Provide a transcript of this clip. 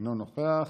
אינו נוכח.